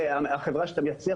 והחברה שבה אתה מייצר,